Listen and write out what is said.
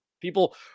people